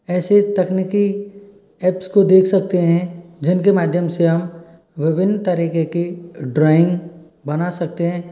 ऐसे तकनीकी ऐप्स को देख सकते हैं जिनके माध्यम से हम विभिन्न तरीके की ड्रॉइंग बना सकते हैं